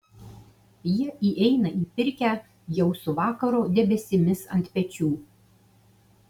jie įeina į pirkią jau su vakaro debesimis ant pečių